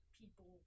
people